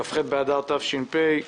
כ"ח באדר תש"פ.